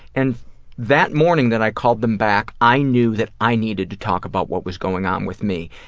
and that morning that i called them back i knew that i needed to talk about what was going on with me,